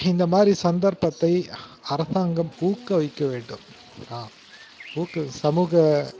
இந்தமாதிரி சந்தர்ப்பத்தை அரசாங்கம் ஊக்க வைக்க வேண்டும் ஊக்க சமூக